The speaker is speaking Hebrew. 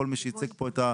כל מי שייצג פה את,